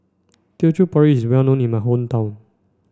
Teochew Porridge is well known in my hometown